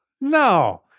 No